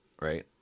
right